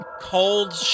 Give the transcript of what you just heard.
cold